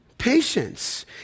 Patience